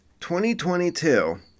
2022